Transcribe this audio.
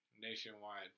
Nationwide